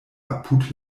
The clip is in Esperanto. apud